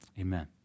amen